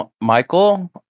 Michael